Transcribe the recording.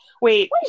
Wait